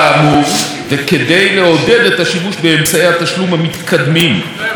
וכדי לעודד את השימוש באמצעי התשלום המתקדמים והחדישים,